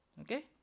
Okay